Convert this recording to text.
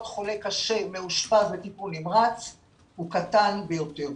חולה קשה מאושפז בטיפול נמרץ הוא קטן ביותר.